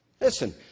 Listen